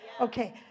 Okay